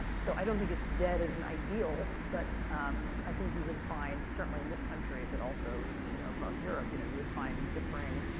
so i don't think it's dead as an ideal, but i think you would find, certainly in this country, but also you know across europe, you know, you would find differing